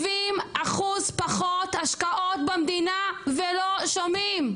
70% פחות השקעות במדינה ולא שומעים.